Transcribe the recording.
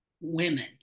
women